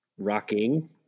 Rocking